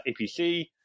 APC